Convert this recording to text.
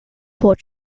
port